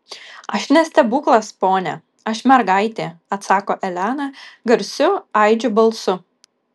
aš ne stebuklas pone aš mergaitė atsako elena garsiu aidžiu balsu